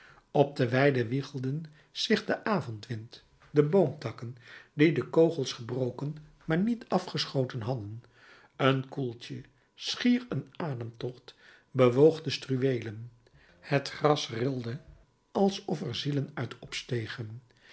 op de weiden wiegelden zich in den avondwind de boomtakken die de kogels gebroken maar niet afgeschoten hadden een koeltje schier een ademtocht bewoog de struweelen het gras rilde alsof er zielen uit opstegen